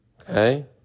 okay